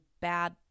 bad